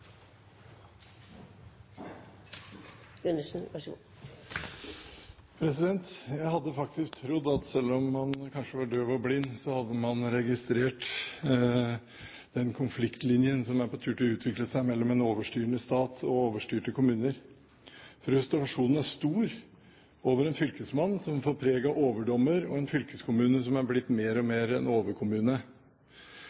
blind, hadde man registrert den konfliktlinjen som er på tur til å utvikle seg mellom en overstyrende stat og overstyrte kommuner. Frustrasjonen er stor over en fylkesmann som får preg av overdommer, og en fylkeskommune som er blitt mer og